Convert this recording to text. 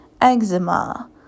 eczema